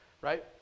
right